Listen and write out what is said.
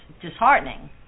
disheartening